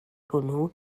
hwnnw